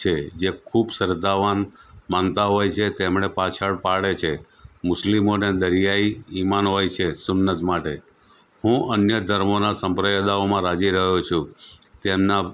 છે જે ખૂબ શ્રદ્ધાવાન માનતા હોય છે તેમને પાછળ પાડે છે મુસ્લિમોને દરિયાઈ ઈમાન હોય છે સુમનઝ માટે હું અન્ય ધર્મોના સંપ્રદાયોમાં રાજી રહ્યો છું તેના